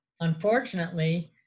Unfortunately